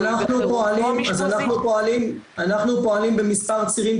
אז אנחנו פועלים במספר צירים,